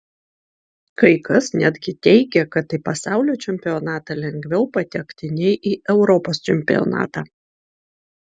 kai kas netgi teigė kad į pasaulio čempionatą lengviau patekti nei į europos čempionatą